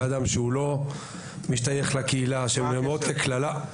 אדם שהוא לא משתייך לקהילה שהם נאמרות כקללה.